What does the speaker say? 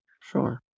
Sure